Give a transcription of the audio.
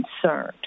concerned